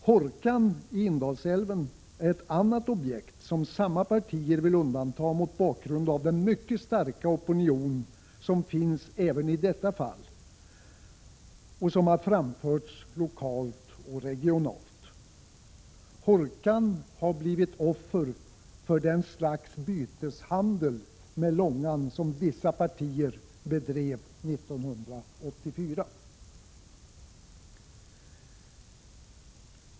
Hårkan i Indalsälven är ett annat objekt som samma partier vill undanta mot bakgrund av den mycket starka opinion som även i detta fall framförts lokalt och regionalt. Hårkan har blivit offer för ett slags byteshandel med Långan som vissa partier bedrev 1984.